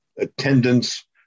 attendance